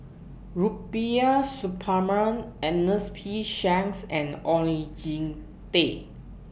Rubiah Suparman Ernest P Shanks and Oon Jin Teik